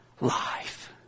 life